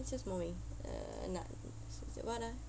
叫什么名 nat~ what ah